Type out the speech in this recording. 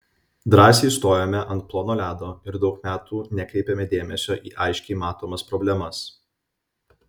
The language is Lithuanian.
drąsiai stojome ant plono ledo ir daug metų nekreipėme dėmesio į aiškiai matomas problemas